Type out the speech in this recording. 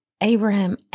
Abraham